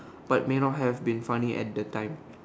but may not have been funny at the time